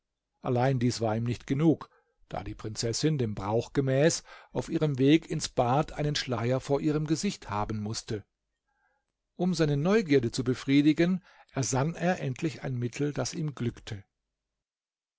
allein dies war ihm nicht genug da die prinzessin dem brauch gemäß auf ihrem weg ins bad einen schleier vor ihrem gesicht haben mußte um seine neugierde zu befriedigen ersann er endlich ein mittel das ihm glückte